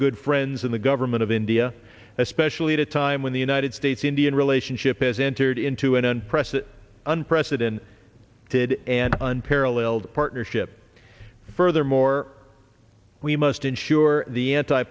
good friends in the government of india especially at a time when the united states indian relationship has entered into it and press it unprecedented did an unparalleled partnership furthermore we must ensure the anti